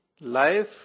Life